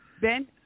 Ben